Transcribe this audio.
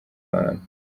abantu